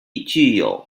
具有